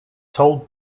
told